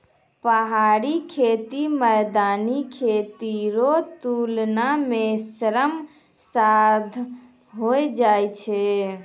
पहाड़ी खेती मैदानी खेती रो तुलना मे श्रम साध होय जाय छै